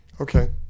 Okay